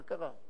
מה קרה?